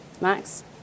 Max